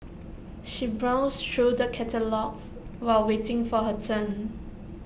she browsed through the catalogues while waiting for her turn